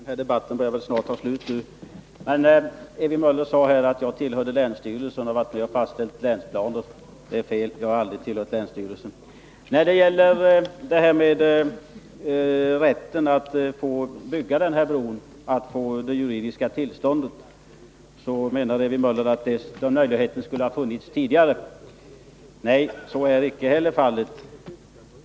Herr talman! Den här debatten skall väl snart vara slut nu, men jag vill bara göra ett tillrättaläggande. Ewy Möller sade att jag är ledamot i länsstyrelsen och att jag varit med och fastställt länsplanerna. Det är fel. Jag har aldrig varit länsstyrelseledamot. statsverksamheten, Ewy Möller säger vidare att möjligheten att få det juridiska tillståndet att m.m. bygga den här bron skulle ha funnits tidigare. Nej, så är icke heller fallet.